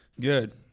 good